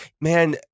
man